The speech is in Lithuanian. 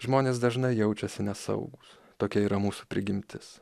žmonės dažnai jaučiasi nesaugūs tokia yra mūsų prigimtis